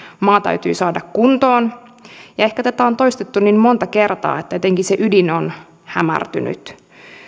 maa täytyy saada kuntoon ehkä tätä on toistettu niin monta kertaa että jotenkin se ydin on hämärtynyt